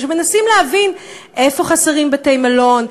שמנסים להבין: איפה חסרים בתי-מלון?